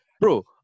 Bro